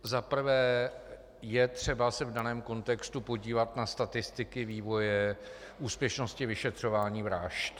Za prvé je třeba se v daném kontextu podívat na statistiky vývoje úspěšnosti vyšetřování vražd.